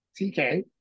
TK